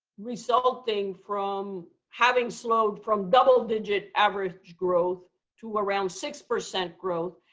resulting from having slowed from double digit average growth to around six percent growth,